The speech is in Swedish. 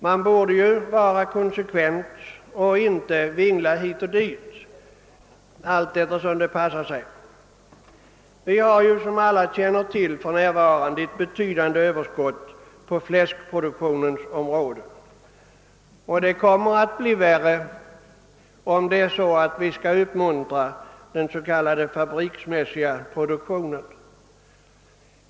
Man borde vara konsekvent i stället för att vingla hit och dit allteftersom det passar sig. Vi har, som alla känner till, för närvarande ett betydande överskott på fläskproduktionens område. Det blir än värre om vi skall uppmuntra den s.k. fabriksmässiga produktionen.